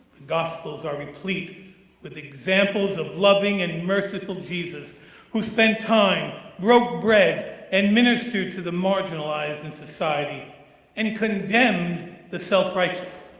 gospels are replete with examples of loving and merciful jesus who spent time, broke bread, administered to the marginalized in society and condemned the self-righteous.